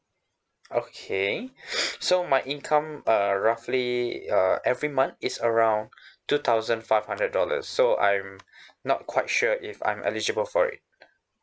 okay so my income uh roughly uh every month it's around two thousand five hundred dollars so I'm not quite sure if I'm eligible for it